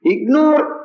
Ignore